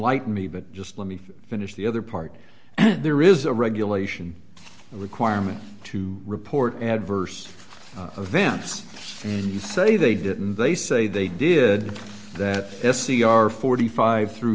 like me but just let me finish the other part and there is a regulation requirement to report adverse events and you say they didn't they say they did that c r forty five through